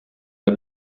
der